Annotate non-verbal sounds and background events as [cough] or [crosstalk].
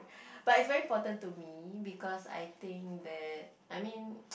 but it's very important to me because I think that I mean [noise]